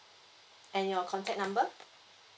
and your contact number